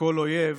כל אויב,